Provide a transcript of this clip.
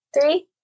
Three